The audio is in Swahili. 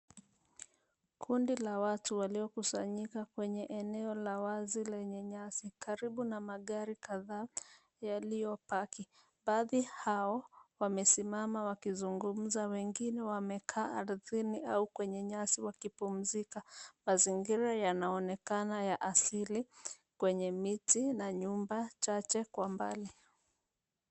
Kundi la watu waliokusanyika kwenye eneo la wazi lenye nyasi., karibu na magari kadhaa yaliyopaki. Baadhi yao wamesimama wakizungumza. Wengine wamekaa ardhini au kwenye nyasi wakipumzika. mazingira yanonekana ya asili kwenye miti na nyumba chache kwa mbali.